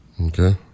Okay